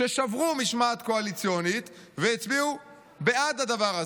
ששברו משמעת קואליציונית והצביעו בעד הדבר הזה.